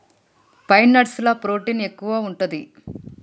pine nuts ల protein ఎక్కువు ఉంటది